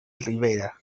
ribera